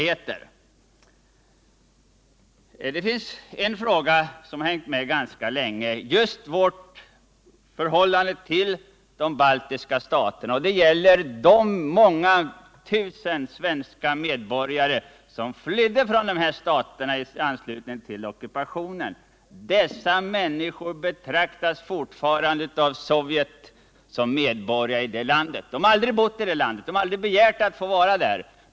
I det här sammanhanget vill jag ta upp en fråga som har hängt med ganska länge när det gäller vårt förhållande till de baltiska staterna. Det gäller de många tusen nuvarande svenska medborgare som flydde från dessa stater i anslutning till ockupationen. Dessa människor betraktas fortfarande av Sovjet som sovjetiska medborgare. De har aldrig bott i Sovjet, och de har aldrig begärt att få vara där.